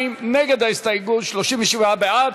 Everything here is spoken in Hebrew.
52 נגד ההסתייגות, 37 בעד.